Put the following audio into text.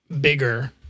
bigger